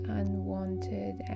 unwanted